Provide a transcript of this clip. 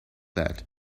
that